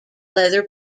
leather